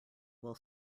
will